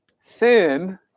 sin